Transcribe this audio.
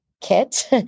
kit